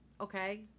Okay